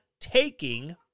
taking